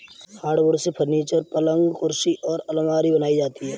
hardwood से furniture, पलंग कुर्सी और आलमारी बनाई जाती है